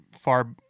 far